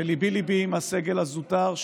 וליבי-ליבי עם הסגל הזוטר,